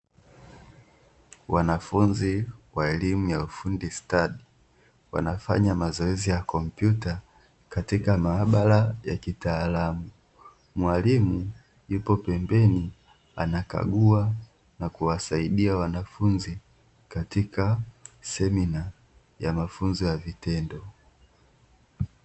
Wanafunzi wa elimu ya ufundi stadi, wanafanya mazoezi ya tarakirishi katika maabara ya kitaalamu, mwalimu yupo pembeni na kuwasaidia wanafunzi katika semina ya mafunzo ya vitendo.